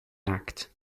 act